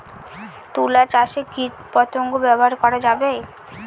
তুলা চাষে কীটপতঙ্গ ব্যবহার করা যাবে?